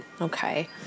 Okay